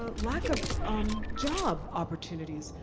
ah lack of um job opportunities,